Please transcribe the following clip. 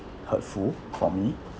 hurtful for me